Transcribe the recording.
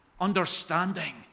understanding